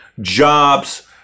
jobs